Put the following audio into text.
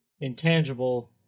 intangible